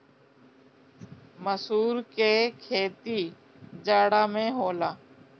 मसूर के खेती जाड़ा में होला